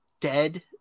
dead